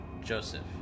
Joseph